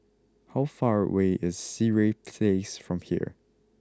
how far away is Sireh Place from here